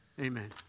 Amen